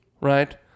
Right